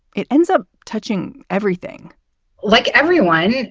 it ends up touching everything like everyone.